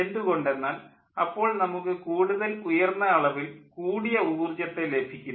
എന്തുകൊണ്ടെന്നാൽ അപ്പോൾ നമുക്ക് കൂടുതൽ ഉയർന്ന അളവിൽ കൂടിയ ഊർജ്ജത്തെ ലഭിക്കുന്നു